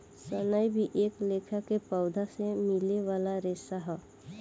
सनई भी एक लेखा के पौधा से मिले वाला रेशा ह